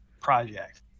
project